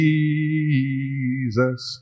Jesus